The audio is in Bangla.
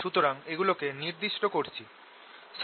সুতরাং এগুলোকে নির্দিষ্ট করছি